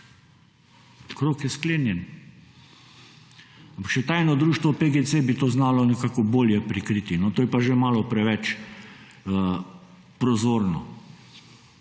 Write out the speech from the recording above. Krog je sklenjen. Še tajno društvo PGC bi to znalo nekako bolje prikriti. To je pa že malo preveč prozorno.